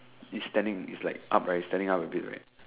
is standing is like standing up a bit right